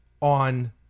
on